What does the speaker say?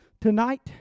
tonight